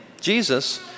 Jesus